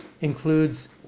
includes